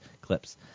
clips